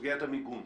סוגיית המיגון.